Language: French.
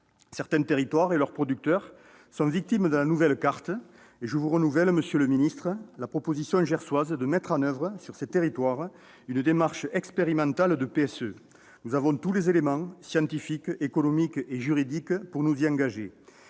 Certains territoires et leurs producteurs sont victimes de la nouvelle carte. Je vous renouvelle la proposition gersoise de mettre en oeuvre sur ces territoires une démarche expérimentale de PSE. Nous avons tous les éléments- scientifiques, économiques et juridiques -pour nous y engager.